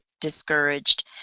discouraged